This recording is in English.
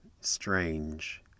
strange